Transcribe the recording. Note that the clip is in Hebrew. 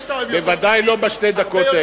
ודאי לא בשתי הדקות האלה.